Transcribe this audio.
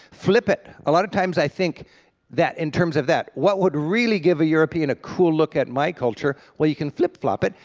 flip it. a lot of times i think that in terms of that, what would really give a european a cool look at my culture, well you can flip flop it,